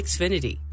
Xfinity